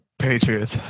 Patriots